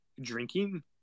drinking